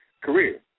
career